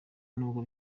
n’ubwo